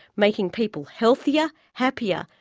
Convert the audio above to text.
making people healthier, happier,